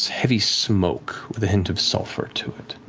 heavy smoke with a hint of sulfur to it.